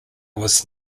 was